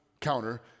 counter